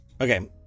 okay